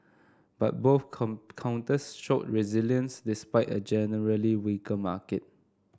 but both come counters showed resilience despite a generally weaker market